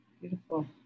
Beautiful